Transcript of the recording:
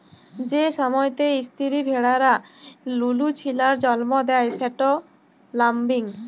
যে সময়তে ইস্তিরি ভেড়ারা লুলু ছিলার জল্ম দেয় সেট ল্যাম্বিং